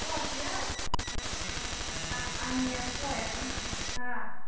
पवासेआव आंनिया पवायाव दुइस' थाखा